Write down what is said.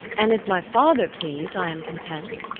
and if my father please, i am content